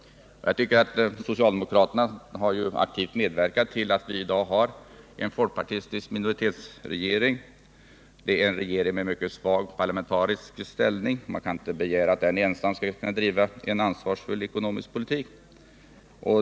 Socialdemokraterna har aktivt medverkat till att vi i dag har en folkpartistisk minoritetsregering. Det är en regering med en mycket svag parlamentarisk ställning. Man kan inte begära att den ensam skall kunna driva en ansvarsfull ekonomisk politik.